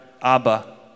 Abba